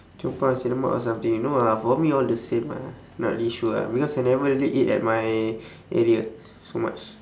chong pang nasi lemak or something you know ah for me all the same ah not really sure ah because I never really eat at my area so much